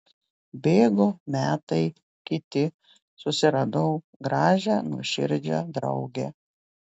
bėgo metai kiti susiradau gražią nuoširdžią draugę